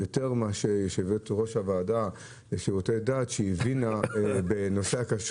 יותר ממה שהביעה יושבת-ראש הוועדה לשירותי דת בעניינים של כשרות.